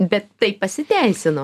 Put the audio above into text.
bet tai pasiteisino